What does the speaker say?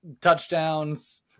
touchdowns